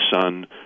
son